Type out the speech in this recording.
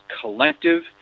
collective